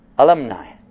Alumni